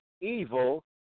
evil